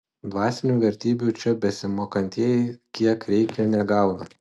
dvasinių vertybių čia besimokantieji kiek reikia negauna